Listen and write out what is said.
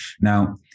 Now